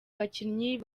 bakinnyi